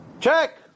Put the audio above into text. Check